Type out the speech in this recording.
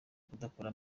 kudakora